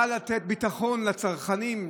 בא לתת ביטחון לצרכנים,